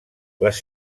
les